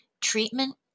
Treatment